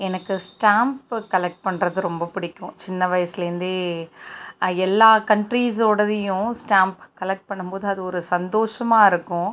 எனக்கு stamp collect பண்ணுறது ரொம்ப பிடிக்கும் சின்ன வயசுலேருந்தே எல்லா கண்ட்ரீஸோடதையும் ஸ்டாம்ப் கலெக்ட் பண்ணும் போது அது ஒரு சந்தோசமாக இருக்கும்